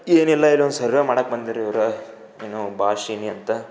ಏನಿಲ್ಲಾ ಇಲ್ಲೊಂದು ಸರ್ವೇ ಮಾಡಾಕೆ ಬಂದೀರ ಇವ್ರ ಏನೋ ಭಾಷಿನಿ ಅಂತ್